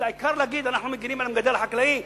העיקר להגיד, אנחנו מגינים על המגדל החקלאי.